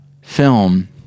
film